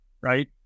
right